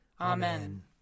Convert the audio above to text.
Amen